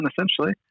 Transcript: essentially